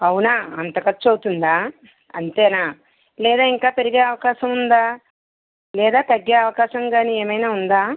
అవునా అంత ఖర్చు అవుతుందా అంతేనా లేదా ఇంకా పెరిగే అవకాశం ఉందా లేదా తగ్గే అవకాశం కానీ ఏమైనా ఉందా